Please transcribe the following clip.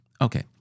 Okay